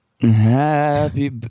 happy